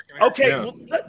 Okay